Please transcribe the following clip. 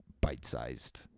bite-sized